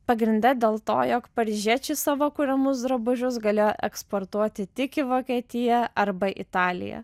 pagrinde dėl to jog paryžiečiai savo kuriamus drabužius galėjo eksportuoti tik į vokietiją arba italiją